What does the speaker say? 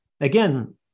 again